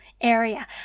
area